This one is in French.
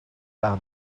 par